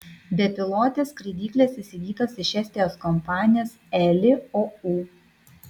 bepilotės skraidyklės įsigytos iš estijos kompanijos eli ou